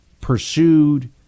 pursued